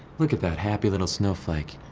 look at that happy little snowflake,